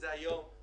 העברנו לכם נתונים,